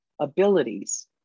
abilities